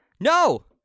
No